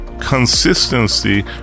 Consistency